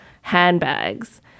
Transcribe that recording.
handbags